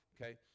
okay